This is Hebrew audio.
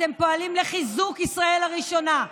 אתם פועלים לחיזוק ישראל הראשונה.